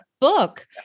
book